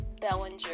Bellinger